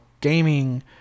gaming